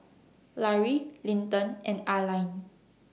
Lary Linton and Alline